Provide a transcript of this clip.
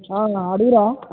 అడుగురా